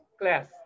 class